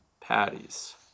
patties